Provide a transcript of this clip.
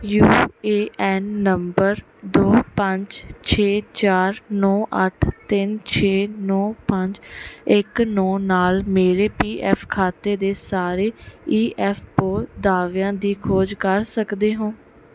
you A N number ਦੋ ਪੰਜ ਛੇ ਚਾਰ ਨੌ ਅੱਠ ਤਿੰਨ ਛੇ ਨੌ ਪੰਜ ਇੱਕ ਨੌ ਨਾਲ ਮੇਰੇ ਪੀ ਐੱਫ ਖਾਤੇ ਦੇ ਸਾਰੇ ਈ ਐੱਫ ਪੋ ਦਾਅਵਿਆਂ ਦੀ ਖੋਜ ਕਰ ਸਕਦੇ ਹੋ